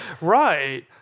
Right